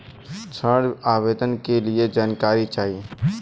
ऋण आवेदन के लिए जानकारी चाही?